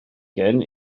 gen